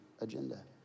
agenda